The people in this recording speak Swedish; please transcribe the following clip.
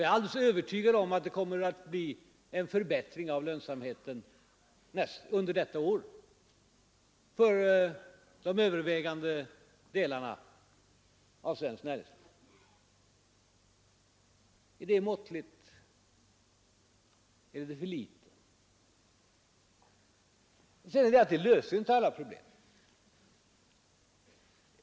Jag är alldeles övertygad om att lönsamheten kommer att förbättras under detta år för den övervägande delen av svenskt näringsliv. Är detta en måttlig målsättning, eller är det för litet? En sådan förbättring av lönsamheten löser inte alla problem.